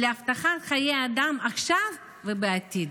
ולהבטחת חיי אדם עכשיו ובעתיד?